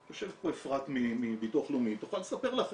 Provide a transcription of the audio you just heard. יושבת פה אפרת מביטוח לאומי, היא תוכל לספר לכם,